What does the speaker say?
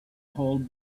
hold